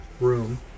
room